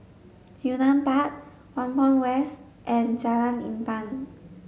Yunnan Park Whampoa West and Jalan Intan